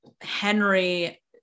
Henry